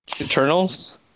Eternals